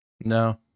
No